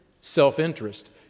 self-interest